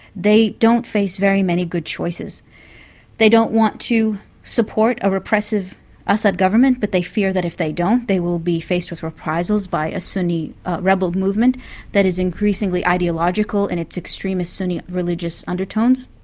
they don't face very many good choices they don't want to support a repressive assad government, but they fear that if they don't they will be faced with reprisals by a sunni rebel movement that is increasingly ideological in its extremist sunni religious undertones,